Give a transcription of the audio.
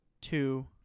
two